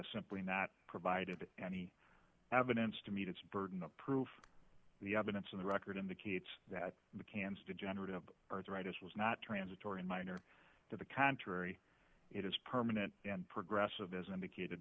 simply not provided any evidence to meet its burden of proof the evidence in the record indicates that the cans degenerative arthritis was not transitory and minor to the contrary it is permanent and progressivism vacated